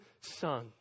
son